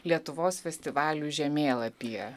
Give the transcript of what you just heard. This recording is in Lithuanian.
lietuvos festivalių žemėlapyje